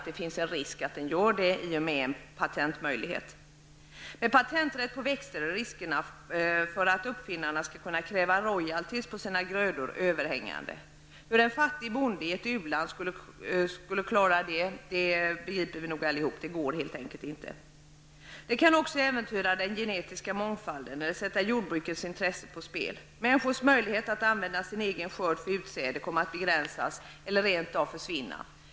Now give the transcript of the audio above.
Det finns en sådan risk i och med en patentmöjlighet. Med patenträtt på växter är riskerna för att uppfinnarna skall kunna kräva royalties på grödor överhängande. Vi begriper alla att en fattig bonde i ett u-land inte skulle klara det. Det går helt enkelt inte. Patenträtt kan också äventyra den genetiska mångfalden och sätta jordbrukets intressen på spel. Människors möjlighet att använda sin egen skörd för utsäde kommer att begränsas eller rent av försvinna.